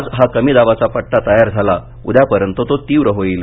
आज हा कमी दाबाचा पट्टा तयार झाला उद्यापर्यंत तो तीव्र होईल